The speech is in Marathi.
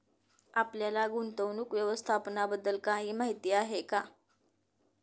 आपल्याला गुंतवणूक व्यवस्थापनाबद्दल काही माहिती आहे का?